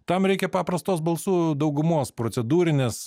tam reikia paprastos balsų daugumos procedūrinės